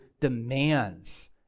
demands